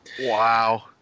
Wow